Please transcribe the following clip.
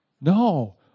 No